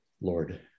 Lord